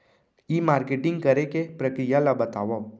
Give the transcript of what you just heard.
ई marketing करे के प्रक्रिया ला बतावव?